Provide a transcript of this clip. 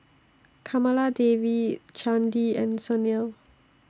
Kamaladevi Chandi and Sunil